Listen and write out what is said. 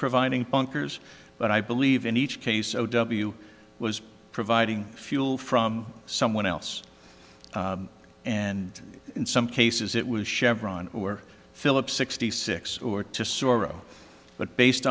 providing punkers but i believe in each case o w was providing fuel from someone else and in some cases it was chevron or phillips sixty six or to sorow but based